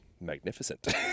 magnificent